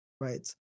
right